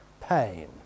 pain